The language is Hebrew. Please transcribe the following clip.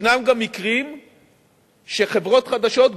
ישנם גם מקרים שחברות חדשות,